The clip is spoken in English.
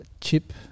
chip